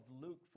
Luke